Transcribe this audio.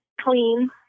clean